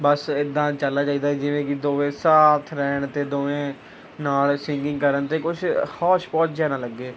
ਬਸ ਇੱਦਾਂ ਚੱਲਣਾ ਚਾਹੀਦਾ ਹੈ ਜਿਵੇਂ ਕਿ ਦੋਵੇਂ ਸਾਥ ਰਹਿਣ ਅਤੇ ਦੋਵੇਂ ਨਾਲ ਸਿੰਗਿੰਗ ਕਰਨ ਅਤੇ ਕੁਛ ਹੋਸ਼ ਪੋਸ਼ ਜਿਹਾ ਨਾ ਲੱਗੇ